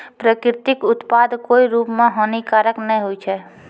प्राकृतिक उत्पाद कोय रूप म हानिकारक नै होय छै